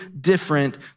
different